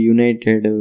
United